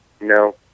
No